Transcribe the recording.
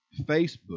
Facebook